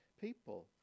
people